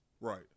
Right